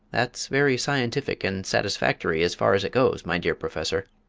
that's very scientific and satisfactory as far as it goes, my dear professor,